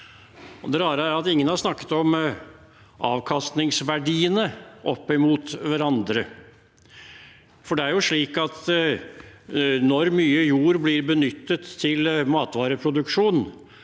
Det rare er at ingen har snakket om avkastningsverdiene opp mot hverandre. Det er jo slik at når mye jord blir benyttet til matvareproduksjon,